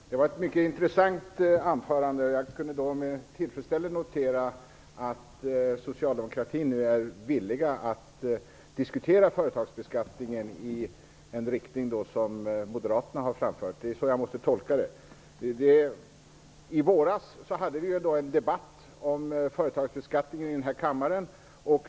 Fru talman! Det var ett mycket intressant anförande. Jag kunde med tillfredsställelse notera att socialdemokratin nu är villig att diskutera företagsbeskattningen i en riktning som Moderaterna har framfört. Det är så jag måste tolka det. I våras hade vi en debatt i den här kammaren om företagsbeskattningen.